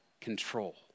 control